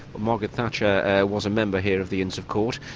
margaret thatcher was a member here of the inns of court,